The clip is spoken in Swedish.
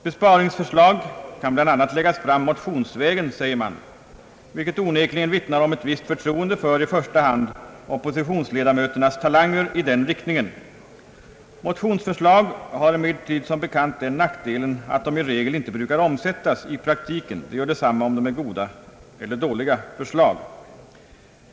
Besparingsförslag kan bl.a. läggas fram motionsvägen, säger man — vilket onekligen vittnar om ett visst förtroende för i första hand oppositionsledamöternas talanger i den riktningen. Motionsförslag har emellertid som bekant den nackdelen att de inte brukar omsättas i praktiken — det gör detsamma om förslagen är goda eller dåliga.